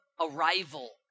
arrival